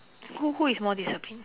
who who is more disciplined